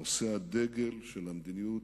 נושא הדגל של המדיניות,